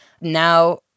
now